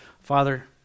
Father